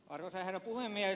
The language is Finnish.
arvoisa herra puhemies